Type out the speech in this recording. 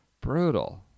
Brutal